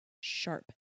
Sharp